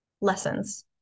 lessons